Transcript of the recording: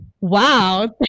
wow